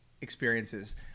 experiences